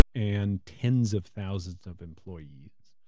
and tens of thousands of employees,